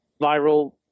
viral